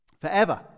Forever